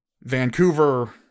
Vancouver